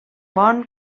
bon